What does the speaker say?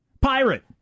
pirate